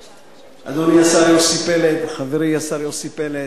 אדוני השר יוסי פלד, חברי השר יוסי פלד,